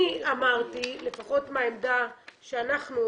אני אמרתי - לפחות מהעמדה שאנחנו